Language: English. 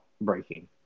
breaking